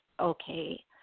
okay